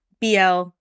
BL